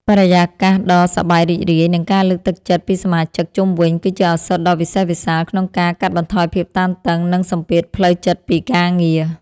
បរិយាកាសដ៏សប្បាយរីករាយ និងការលើកទឹកចិត្តពីសមាជិកជុំវិញ គឺជាឱសថដ៏វិសេសវិសាលក្នុងការកាត់បន្ថយភាពតានតឹង និងសម្ពាធផ្លូវចិត្តពីការងារ។